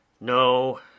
no